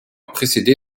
précédé